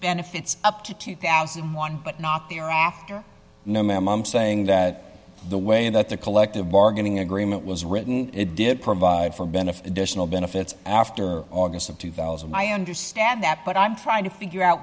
benefits up to two thousand and one but not the year after no ma'am i'm saying that the way that the collective bargaining agreement was written it did provide for benefit decimal benefits after august of two thousand i understand that but i'm trying to figure out